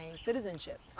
citizenship